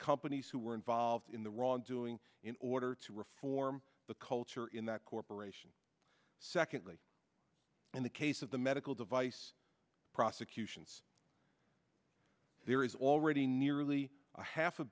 companies who were involved in the wrongdoing in order to reform the culture in that corporation secondly in the case of the medical device prosecutions there is already nearly a half a